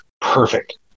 perfect